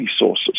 resources